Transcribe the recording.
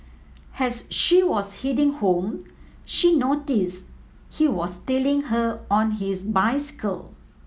as she was heading home she notice he was tailing her on his bicycle